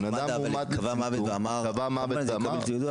ומד"א קבעה ואמרה --- קבע מוות ואמר